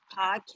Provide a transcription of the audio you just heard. podcast